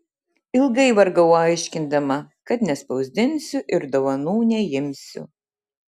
ilgai vargau aiškindama kad nespausdinsiu ir dovanų neimsiu